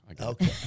Okay